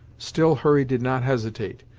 still hurry did not hesitate,